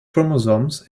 chromosomes